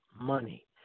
money